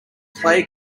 play